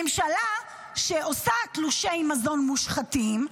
ממשלה שעושה תלושי מזון מושחתים,